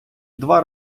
два